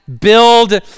build